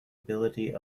ability